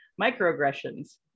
microaggressions